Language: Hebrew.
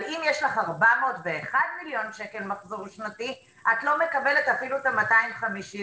אם יש לך 401 מיליון שקל מחזור שנתי את לא מקבלת אפילו את ה-250,000.